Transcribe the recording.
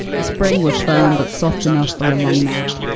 the spring was firm, but soft enough for a long nap.